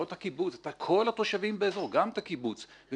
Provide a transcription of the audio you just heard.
גם את הקיבוץ,